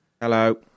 Hello